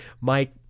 mike